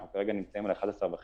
אנחנו כרגע נמצאים על 11.5